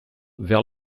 vers